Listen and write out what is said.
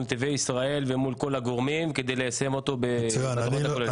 נתיבי ישראל ומול כל הגורמים כדי ליישם אותו בתוכנית הכוללת.